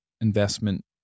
investment